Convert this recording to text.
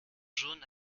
jaunes